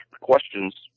questions